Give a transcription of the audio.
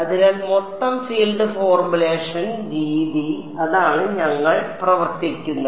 അതിനാൽ മൊത്തം ഫീൽഡ് ഫോർമുലേഷന്റെ രീതി അതാണ് ഞങ്ങൾ പ്രവർത്തിക്കുന്നത്